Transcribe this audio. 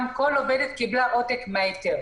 כל עובדת קיבלה עותק מההיתר,